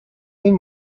این